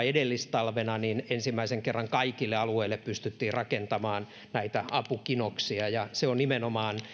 edellistalvena ensimmäisen kerran kaikille alueille pystyttiin rakentamaan näitä apukinoksia ja se on nimenomaan